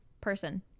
person